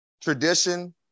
tradition